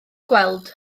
gweld